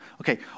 Okay